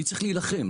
אני צריך להילחם.